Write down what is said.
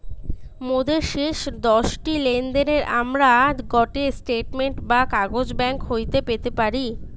মোদের শেষ দশটি লেনদেনের আমরা গটে স্টেটমেন্ট বা কাগজ ব্যাঙ্ক হইতে পেতে পারি